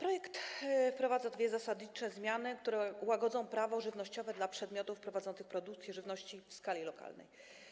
Projekt wprowadza dwie zasadnicze zmiany, które łagodzą prawo żywnościowe dla podmiotów prowadzących produkcję żywności na skalę lokalną.